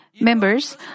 Members